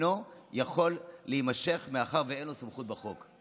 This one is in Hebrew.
אינם יכול להימשך, מאחר ואין לו סמכות בחוק.